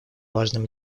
важным